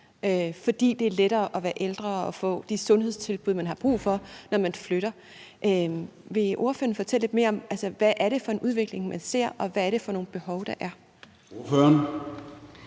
fordi man der som ældre lettere kan få de sundhedstilbud, man har brug for. Vil ordføreren fortælle lidt mere om, hvad det er for en udvikling, man ser, og hvad det er for nogle behov, der er? Kl.